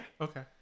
okay